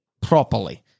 properly